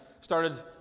started